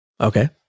Okay